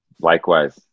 Likewise